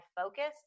focused